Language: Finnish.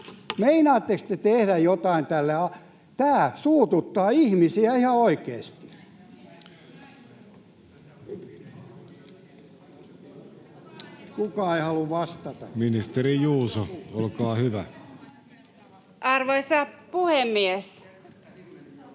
Meinaatteko te tehdä jotain tälle? Tämä suututtaa ihmisiä ihan oikeasti. [Annika Saarikko: Näin se on!] — Kukaan ei halua vastata. Ministeri Juuso, olkaa hyvä. Arvoisa puhemies!